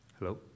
Hello